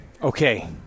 Okay